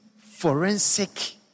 forensic